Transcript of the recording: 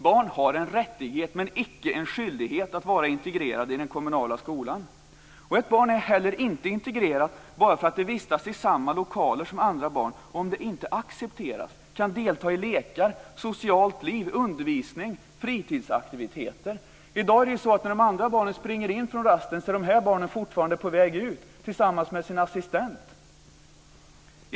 Barn har en rättighet, men icke en skyldighet, att vara integrerade i den kommunala skolan. Ett barn är inte heller integrerat bara för att det vistas i samma lokaler som andra barn, om det inte accepteras, kan delta i lekar, i socialt liv, i undervisning och i fritidsaktiviteter. I dag är det så att när de andra barnen springer in från rasten är dessa barn fortfarande på väg ut tillsammans med sin assistent.